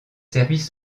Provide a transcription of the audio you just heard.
services